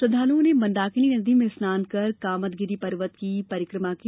श्रद्धालुओं ने मंदाकिनी नदी में स्नान कर कामदगिरी पर्वत की परिक्रमा की